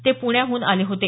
ते पुण्याहून आले होते